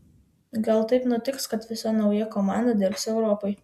gal taip nutiks kad visa nauja komanda dirbs europai